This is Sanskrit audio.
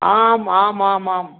आम् आमामाम्